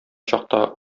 чакта